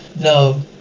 No